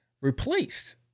replaced